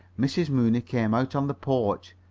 mrs. mooney came out on the porch.